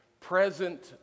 present